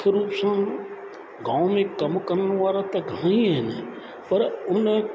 मुख्य रूप सां गांव में कम करण वारा त घणा ई आहिनि पर उन